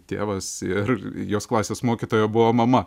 tėvas ir jos klasės mokytoja buvo mama